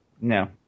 No